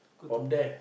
from there